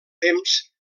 temps